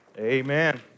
Amen